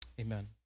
amen